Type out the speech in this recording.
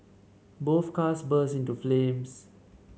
both cars burst into flames